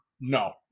No